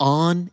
on